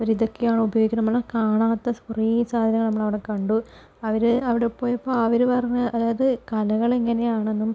അവരിതൊക്കെയാണ് ഉപയോഗിക്കുന്നത് നമ്മുടെ കാണാത്ത കുറേ സാധനങ്ങള് നമ്മളവിടെ കണ്ടു അവര് അവിടെ പോയപ്പോൾ അവര് പറഞ്ഞത് അതായത് കലകളിങ്ങനെയാണെന്നും